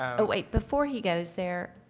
ah wait, before he goes there,